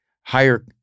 higher